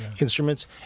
instruments